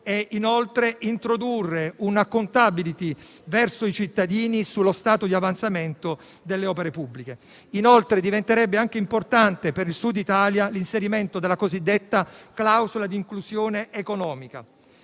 e, inoltre, introdurre una *accountability* verso i cittadini sullo stato di avanzamento delle opere pubbliche. Inoltre diventerebbe anche importante, per il Sud Italia, l'inserimento della cosiddetta clausola di inclusione economica.